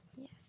Yes